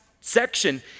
section